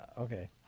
Okay